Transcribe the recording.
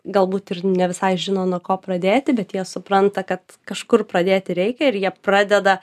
galbūt ir ne visai žino nuo ko pradėti bet jie supranta kad kažkur pradėti reikia ir jie pradeda